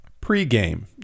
Pre-game